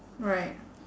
right